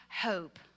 hope